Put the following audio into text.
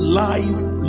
life